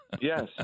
Yes